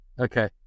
okay